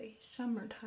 Summertime